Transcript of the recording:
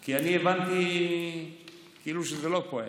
כי אני הבנתי כאילו שזה לא פועל.